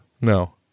No